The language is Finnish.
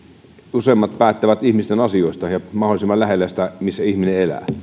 useimmat päättävät ihmisten asioista mahdollisimman lähellä sitä missä ihminen elää